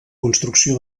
construcció